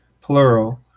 plural